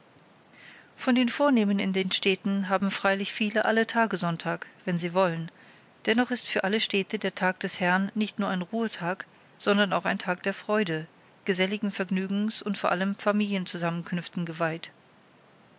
von den vornehmen in den städten haben freilich viele alle tage sonntag wenn sie wollen dennoch ist für alle stände der tag des herrn nicht nur ein ruhetag sondern auch ein tag der freude geselligen vergnügens und vor allem familienzusammenkünften geweiht